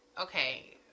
okay